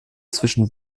zwischen